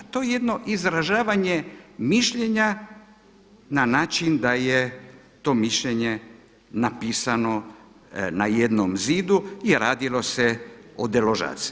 To je jedno izražavanje mišljenja na način da je to mišljenje napisano na jednom zidu i radilo se o deložaciji.